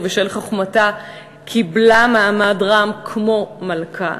ובשל חוכמתה קיבלה מעמד רם כמו מלכה.